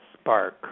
Spark